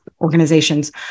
organizations